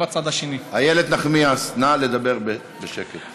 איילת נחמיאס, נא לדבר בשקט, זה מפריע.